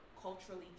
culturally